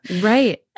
Right